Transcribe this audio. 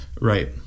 Right